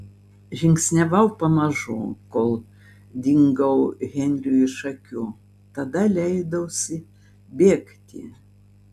žingsniavau pamažu kol dingau henriui iš akių tada leidausi bėgti